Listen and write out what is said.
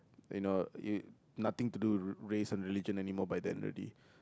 you know it nothing to do with race or religion by then already